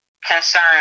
concern